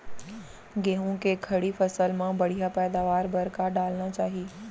गेहूँ के खड़ी फसल मा बढ़िया पैदावार बर का डालना चाही?